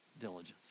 diligence